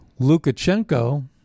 Lukashenko